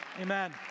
Amen